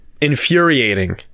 infuriating